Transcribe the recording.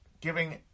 giving